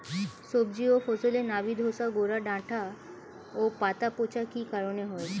সবজি ও ফসলে নাবি ধসা গোরা ডাঁটা ও পাতা পচা কি কারণে হয়?